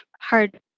hard